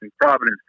Providence